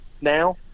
now